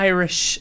Irish